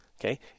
Okay